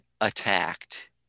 attacked